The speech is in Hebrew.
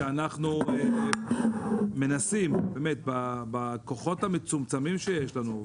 שאנחנו מנסים בכוחות המצומצמים שיש לנו,